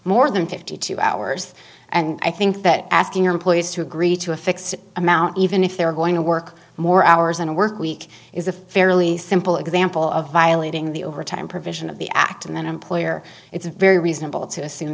more than fifty two hours and i think that asking employees to agree to a fixed amount even if they are going to work more hours in a work week is a fairly simple example of violating the overtime provision of the act and then employer it's very reasonable to assume